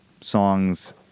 songs